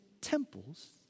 temples